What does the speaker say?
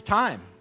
time